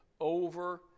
over